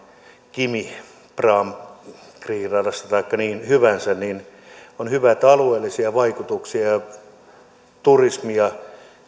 kimi ringistä taikka mistä hyvänsä niin on hyvä että alueellisista vaikutuksista ja turismista